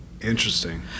Interesting